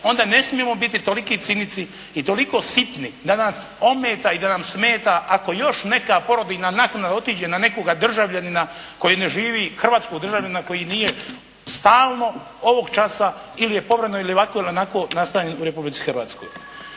onda ne smijemo biti toliki cinici i toliko sitni da nas ometa i da nam smeta ako još neka porodiljna naknada otiđe na nekoga državljanina koji ne živi, hrvatskog državljanina koji nije stalno ovog časa ili je povremeno ili ovako ili onako nastanjen u Republici Hrvatskoj.